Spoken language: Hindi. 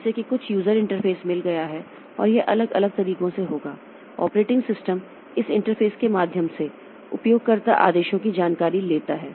जिससे कि कुछ यूजर इंटरफेस मिल गया है और यह अलग अलग तरीकों से होगा ऑपरेटिंग सिस्टम इस इंटरफ़ेस के माध्यम से उपयोगकर्ता से उपयोगकर्ता आदेशों की जानकारी लेता है